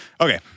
Okay